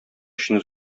өчен